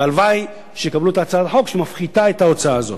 והלוואי שיקבלו את הצעת החוק שמפחיתה את ההוצאה הזאת.